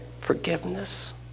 forgiveness